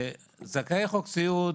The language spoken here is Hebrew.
זכאי חוק סיעוד,